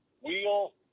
wheel